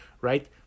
right